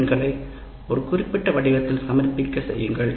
பணிகளை ஒரு குறிப்பிட்ட வடிவத்தில் சமர்ப்பிக்கச் செய்யுங்கள்